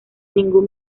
ningún